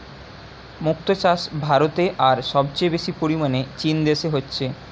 মুক্তো চাষ ভারতে আর সবচেয়ে বেশি পরিমাণে চীন দেশে হচ্ছে